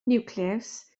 niwclews